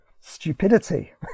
stupidity